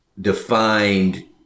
defined